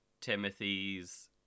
Timothy's